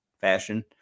fashion